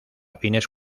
fines